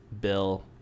Bill